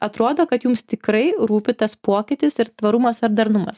atrodo kad jums tikrai rūpi tas pokytis ir tvarumas ar darnumas